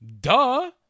Duh